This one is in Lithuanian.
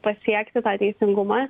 pasiekti tą teisingumą